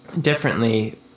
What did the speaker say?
differently